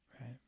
Right